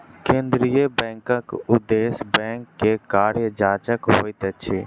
केंद्रीय बैंकक उदेश्य बैंक के कार्य जांचक होइत अछि